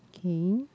okay